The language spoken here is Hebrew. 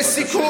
לסיכום,